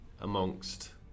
amongst